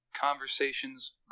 Conversations